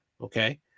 okay